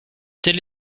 tel